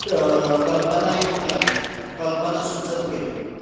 क कल्पना येवंक लागल्यो कल्पना सुचत गेल्यो